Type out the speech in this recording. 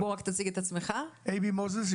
אני אייבי מוזס,